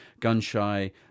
Gunshy